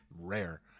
rare